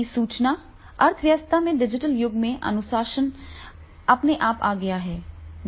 नई सूचना अर्थव्यवस्था में डिजिटल युग में अनुशासन अपने आप आ गया है जिसे हमें देखना होगा